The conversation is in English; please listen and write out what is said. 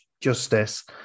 justice